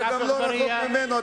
אתה לא רחוק ממנו,